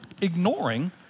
ignoring